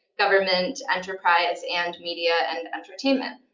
government, enterprise, and media and entertainment.